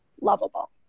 lovable